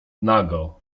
nago